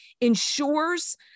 ensures